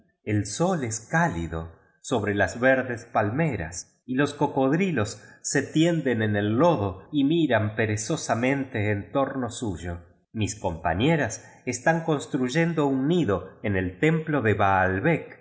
el sol es cálido sobre jas verdes palmeras y los cocodri los se tienden en el lodo y miran perezosamente en torno suyo mis compañeras están construyendo un nido en el templo de baalbec